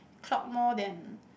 clock more than